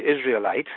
Israelite